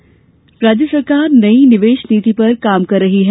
निवेश नीति राज्य सरकार नई निवेश नीति पर काम कर रही है